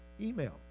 email